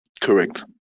correct